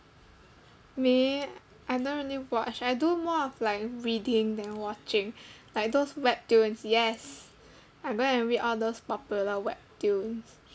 me I'm don't really watch I do more of like reading than watching like those webtoons yes I'm going to read all those popular webtoons